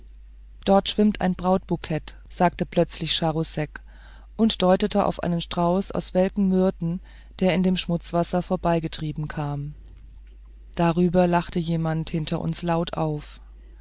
dort schwimmt ein brautbukett sagte plötzlich charousek und deutete auf einen strauß aus welken myrten der in dem schmutzwasser vorbeigetrieben kam darüber lachte jemand hinter uns laut auf